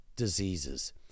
diseases